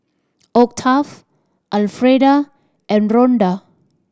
Octave Alfreda and Ronda